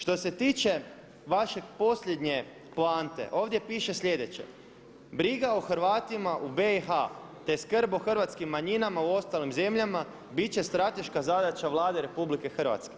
Što se tiče vaše posljednje poante, ovdje piše slijedeće briga o Hrvatima u BIH te skrb o hrvatskim manjinama u ostalim zemljama bit će strateška zadaća Vlade RH.